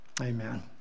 Amen